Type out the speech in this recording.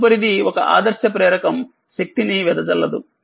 తదుపరిదిఒక ఆదర్శ ప్రేరకం శక్తినివెదజల్లదు